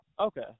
Okay